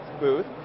booth